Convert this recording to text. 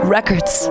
Records